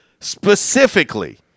Specifically